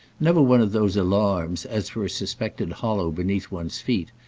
never one of those alarms as for a suspected hollow beneath one's feet,